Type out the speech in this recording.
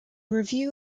review